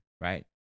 right